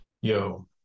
Yo